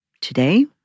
Today